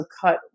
cut